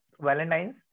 Valentine's